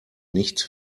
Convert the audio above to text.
nicht